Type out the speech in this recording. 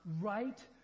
right